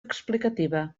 explicativa